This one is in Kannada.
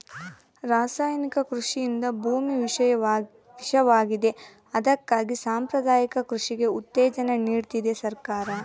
ರಾಸಾಯನಿಕ ಕೃಷಿಯಿಂದ ಭೂಮಿ ವಿಷವಾಗಿವೆ ಅದಕ್ಕಾಗಿ ಸಾಂಪ್ರದಾಯಿಕ ಕೃಷಿಗೆ ಉತ್ತೇಜನ ನೀಡ್ತಿದೆ ಸರ್ಕಾರ